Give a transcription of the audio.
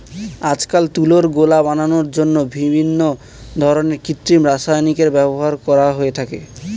আজকাল তুলোর গোলা বানানোর জন্য বিভিন্ন ধরনের কৃত্রিম রাসায়নিকের ব্যবহার করা হয়ে থাকে